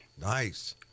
Nice